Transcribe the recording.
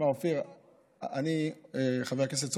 חבר הכנסת סופר,